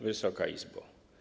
Wysoka Izbo!